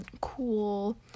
cool